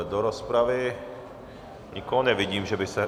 Do rozpravy nikoho nevidím, že by se...